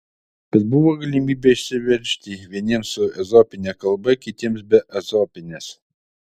bet buvo galimybė išsiveržti vieniems su ezopine kalba kitiems be ezopinės